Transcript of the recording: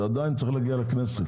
זה עדיין צריך להגיע לכנסת.